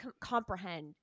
comprehend